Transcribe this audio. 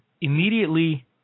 immediately